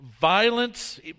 violence